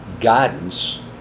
guidance